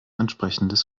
entsprechendes